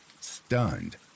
stunned